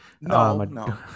No